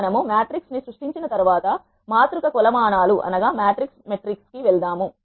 మనము matrices సృష్టించిన తరువాత మాతృక కొలమానాలు కి వెళ్దాము